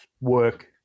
work